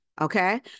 okay